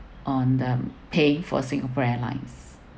on the paying for singapore airlines